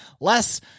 less